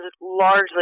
largely